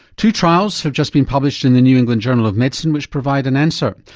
two trials have just been published in the new england journal of medicine which provide an answer.